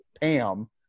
Pam